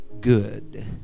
good